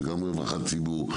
זה גם רווחת ציבור,